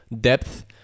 depth